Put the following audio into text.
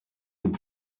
dem